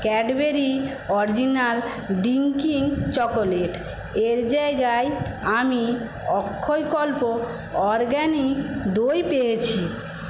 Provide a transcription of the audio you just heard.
Cadbury original drinking chocolate এর জায়গায় আমি অক্ষয়কল্প অরগ্যানিক দই পেয়েছি